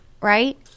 right